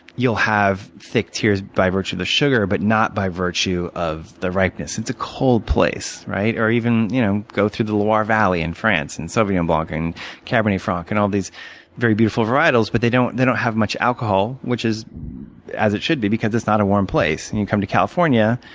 you'll have thick tiers by virtue of the sugar but not by virtue of the ripeness. it's a cold place. or even you know go through the loire valley in france and sauvignon blanc and cabernet franc and all of these very beautiful varietals. but they don't they don't have much alcohol, which is as it should be because it's not a warm place. when and you come to california,